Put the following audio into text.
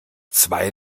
zwei